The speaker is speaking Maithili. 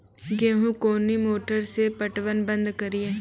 गेहूँ कोनी मोटर से पटवन बंद करिए?